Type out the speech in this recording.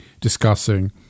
discussing